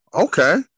Okay